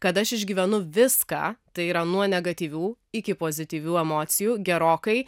kada aš išgyvenu viską tai yra nuo negatyvių iki pozityvių emocijų gerokai